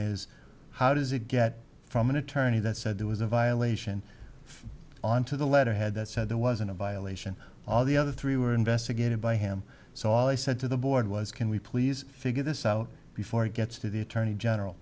is how does it get from an attorney that said there was a violation on to the letterhead that said there wasn't a violation all the other three were investigated by him so all i said to the board was can we please figure this out before it gets to the attorney general